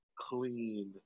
clean